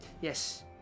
Yes